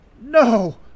No